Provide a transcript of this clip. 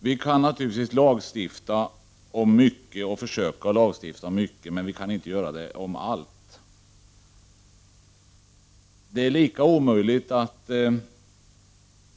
Vi kan naturligtvis försöka lagstifta om mycket, men vi kan inte lagstifta om allt.